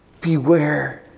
Beware